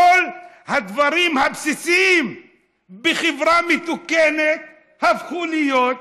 כל הדברים הבסיסיים בחברה מתוקנת הפכו להיות הפוכים: